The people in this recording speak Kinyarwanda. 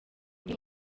umwe